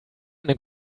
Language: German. eine